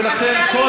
ולכן,